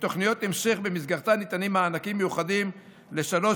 ותוכניות המשך שבמסגרתן ניתנים מענקים מיוחדים לשלוש